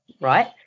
right